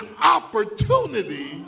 opportunity